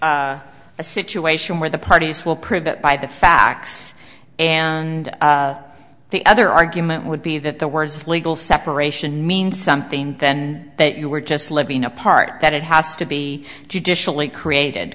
a situation where the parties will prevent by the facts and the other argument would be that the worst legal separation mean something then that you were just living apart that it has to be judicially created